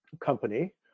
company